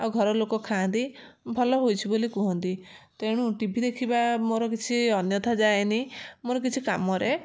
ଆଉ ଘରଲୋକ ଖାଆନ୍ତି ଭଲ ହୋଇଛି ବୋଲି କୁହନ୍ତି ତେଣୁ ଟି ଭି ଦେଖିବା ମୋର କିଛି ଅନ୍ୟଥା ଯାଏନି ମୋର କିଛି କାମରେ